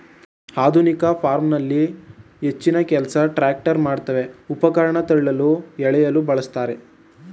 ಆಧುನಿಕ ಫಾರ್ಮಲ್ಲಿ ಹೆಚ್ಚಿನಕೆಲ್ಸ ಟ್ರ್ಯಾಕ್ಟರ್ ಮಾಡ್ತವೆ ಉಪಕರಣ ತಳ್ಳಲು ಎಳೆಯಲು ಬಳುಸ್ತಾರೆ